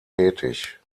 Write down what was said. tätig